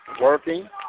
Working